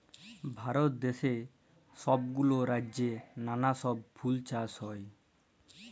ভারত দ্যাশে ছব গুলা রাজ্যেল্লে লালা ছব ফুল চাষ হ্যয়